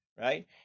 right